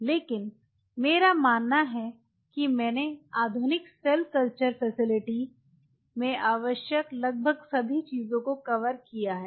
लेकिन मेरा मानना है कि मैंने आधुनिक सेल कल्चर फैसिलिटी में आवश्यक लगभग सभी चीज़ों को कवर किया है